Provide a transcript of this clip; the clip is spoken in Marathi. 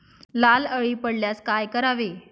लाल अळी पडल्यास काय करावे?